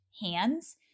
hands